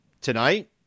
tonight